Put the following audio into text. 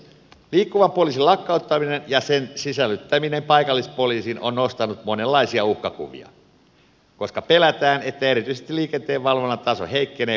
liikkuvan poliisin lakkauttaminen ja sen sisällyttäminen paikallispoliisiin on nostanut monenlaisia uhkakuvia koska pelätään että erityisesti liikenteenvalvonnan taso heikkenee uudistusten myötä